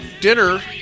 dinner